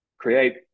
create